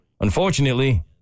Unfortunately